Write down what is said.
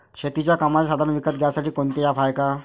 शेतीच्या कामाचे साधनं विकत घ्यासाठी कोनतं ॲप हाये का?